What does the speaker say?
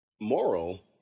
moral